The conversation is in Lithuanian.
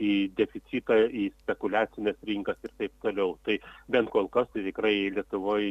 į deficitą į spekuliacines rinkas ir taip toliau tai bent kol kas tikrai lietuvoj